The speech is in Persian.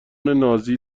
نازی